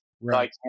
right